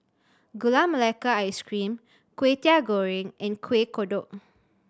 Gula Melaka Ice Cream Kway Teow Goreng and Kueh Kodok